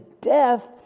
death